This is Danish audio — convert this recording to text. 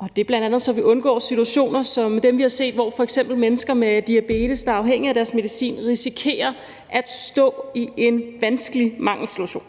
så vi bl.a. undgår situationer som dem, vi har set, hvor f.eks. mennesker med diabetes, der er afhængige af deres medicin, risikerer at stå i en vanskelig mangelsituation.